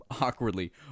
awkwardly